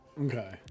Okay